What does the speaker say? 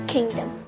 Kingdom